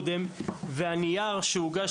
והנייר שהוגש